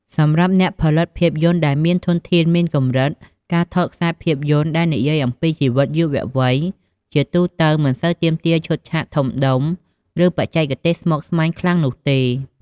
សម្រាប់អ្នកផលិតភាពយន្តដែលមានធនធានមានកម្រិត ការថតខ្សែភាពយន្តដែលនិយាយអំពីជីវិតយុវវ័យ ជាទូទៅមិនសូវទាមទារឈុតឆាកធំដុំ ឬបច្ចេកទេសស្មុគស្មាញខ្លាំងនោះទេ។